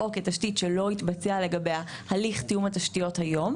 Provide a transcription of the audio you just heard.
או כתשתית שלא התבצע לגביה הליך תיאום התשתיות היום,